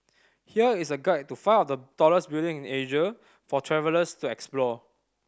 here is a guide to five of the tallest building in Asia for travellers to explore